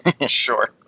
Sure